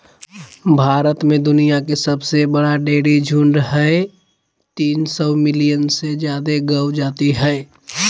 भारत में दुनिया के सबसे बड़ा डेयरी झुंड हई, तीन सौ मिलियन से जादे गौ जाती हई